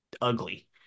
ugly